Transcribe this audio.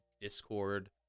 Discord